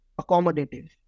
accommodative